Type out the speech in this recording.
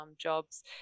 jobs